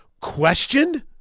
questioned